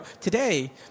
today